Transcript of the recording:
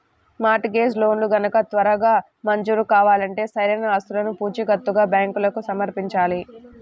mart gauge లోన్లు గనక త్వరగా మంజూరు కావాలంటే సరైన ఆస్తులను పూచీకత్తుగా బ్యాంకులకు సమర్పించాలి